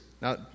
Now